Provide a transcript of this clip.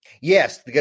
Yes